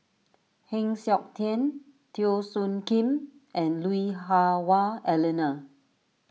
Heng Siok Tian Teo Soon Kim and Lui Hah Wah Elena